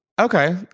Okay